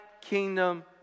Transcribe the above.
kingdom